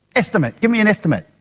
estimate, give me an estimate.